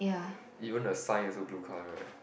even the sign also blue colour right